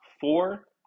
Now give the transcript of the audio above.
four